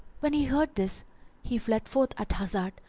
when he heard this he fled forth at hazard,